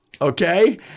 Okay